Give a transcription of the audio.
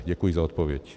Děkuji za odpověď.